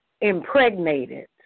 impregnated